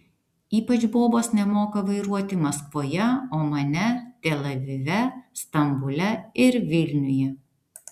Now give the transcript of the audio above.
ypač bobos nemoka vairuoti maskvoje omane tel avive stambule ir vilniuje